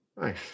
Nice